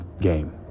game